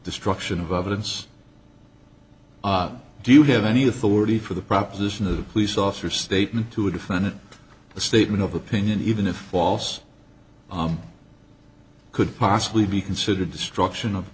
destruction of evidence do you have any authority for the proposition that a police officer statement to a defendant a statement of opinion even a false could possibly be considered destruction of